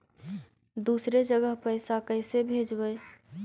दुसरे जगह पैसा कैसे भेजबै?